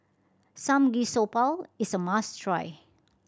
samgeyopsal is a must try